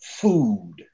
food